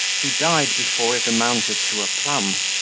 he died before it amounted to a plum,